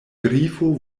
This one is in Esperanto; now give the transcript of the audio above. grifo